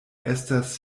estas